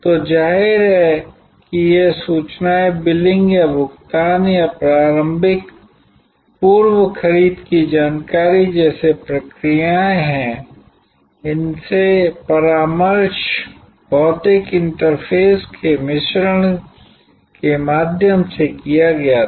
तो जाहिर है कि ये सूचनाएँ बिलिंग या भुगतान या प्रारंभिक पूर्व खरीद की जानकारी जैसी प्रक्रियाएं हैं इनसे परामर्श भौतिक इंटरफेस के मिश्रण के माध्यम से किया गया था